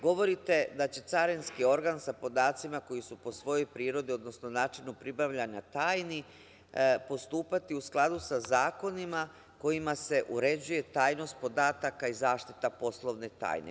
Govorite da će carinski organ sa podacima koji su po svojoj prirodi, odnosno načinu pribavljanja tajni postupati u skladu sa zakonima kojima se uređuje tajnost podataka i zaštita poslovne tajne.